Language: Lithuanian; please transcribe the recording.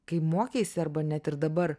kai mokeisi arba net ir dabar